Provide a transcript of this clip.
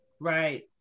Right